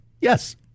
Yes